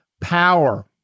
power